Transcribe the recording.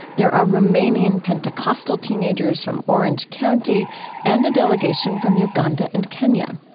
there are romanian pentecostal teenagers from orange county and a delegation from uganda and kenya.